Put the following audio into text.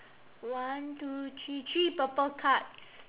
one two three three purple cards